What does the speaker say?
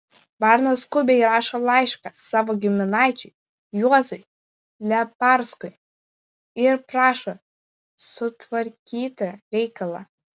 varnas skubiai rašo laišką savo giminaičiui juozui leparskui ir prašo sutvarkyti reikalą